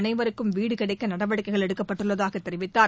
அனைவருக்கும் வீடு கிடைக்க நடவடிக்கைகள் எடுக்கப்பட்டுள்ளதாக தெரிவித்தார்